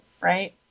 Right